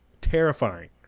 terrifying